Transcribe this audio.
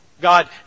God